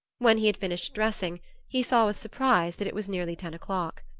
when he had finished dressing he saw with surprise that it was nearly ten o'clock.